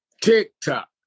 TikTok